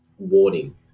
warning